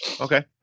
Okay